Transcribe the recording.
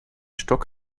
stock